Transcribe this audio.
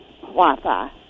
Wi-Fi